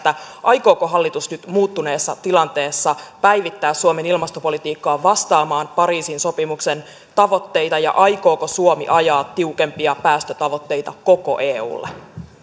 aikooko hallitus nyt muuttuneessa tilanteessa päivittää suomen ilmastopolitiikkaa vastaamaan pariisin sopimuksen tavoitteita ja aikooko suomi ajaa tiukempia päästötavoitteita koko eulle